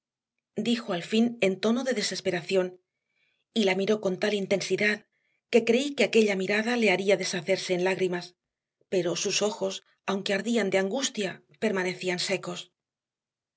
dijo al fin en tono de desesperación y la miró con tal intensidad que creí que aquella mirada le haría deshacerse en lágrimas pero sus ojos aunque ardían de angustia permanecían secos